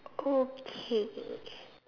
okay